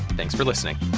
thanks for listening